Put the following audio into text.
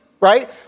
right